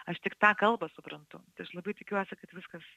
aš tik tą kalbą suprantu tai aš labai tikiuosi kad viskas